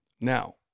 Now